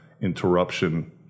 interruption